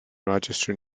rochester